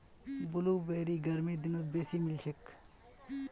blueberry गर्मीर दिनत बेसी मिलछेक